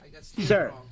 Sir